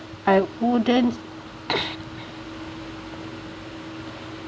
I wouldn't